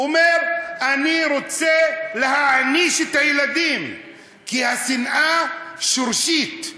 הוא אומר: אני רוצה להעניש את הילדים כי השנאה שורשית.